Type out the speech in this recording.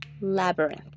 labyrinth